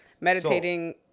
Meditating